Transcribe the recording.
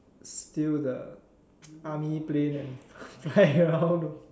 steal the army plane and fly around